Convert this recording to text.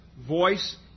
voice